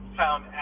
found